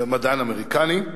מדען אמריקני,